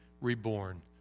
reborn